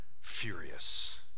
furious